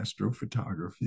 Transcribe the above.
astrophotography